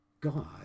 God